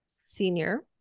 senior